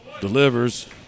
delivers